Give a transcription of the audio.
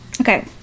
Okay